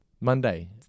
Monday